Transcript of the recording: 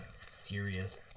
serious